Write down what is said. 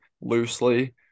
loosely